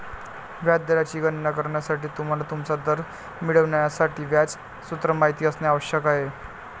व्याज दराची गणना करण्यासाठी, तुम्हाला तुमचा दर मिळवण्यासाठी व्याज सूत्र माहित असणे आवश्यक आहे